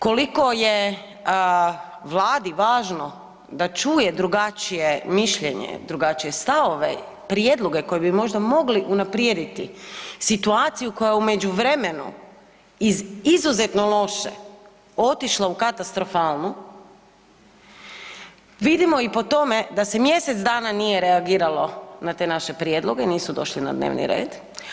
Koliko je Vladi važno da čuje drugačije mišljenje, drugačije stavove, prijedloge koji bi možda mogli unaprijediti situaciju koja je u međuvremenu iz izuzetno loše otišla u katastrofalnu vidimo i po tome da se mjesec dana nije reagiralo na te naše prijedloge, nisu došli na dnevni red.